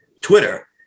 twitter